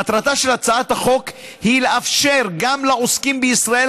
מטרתה של הצעת החוק היא לאפשר גם לעוסקים בישראל